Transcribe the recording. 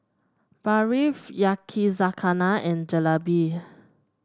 Barfi Yakizakana and Jalebi